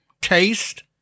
taste